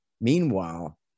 meanwhile